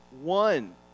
one